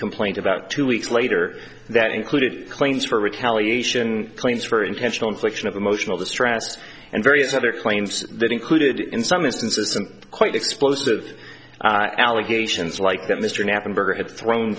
complaint about two weeks later that included claims for retaliation claims for intentional infliction of emotional distress and various other claims that included in some instances and quite explosive allegations like that mr knappenberger had thrown